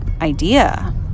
idea